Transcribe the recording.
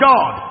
God